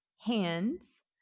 hands